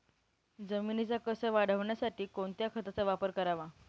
जमिनीचा कसं वाढवण्यासाठी कोणत्या खताचा वापर करावा?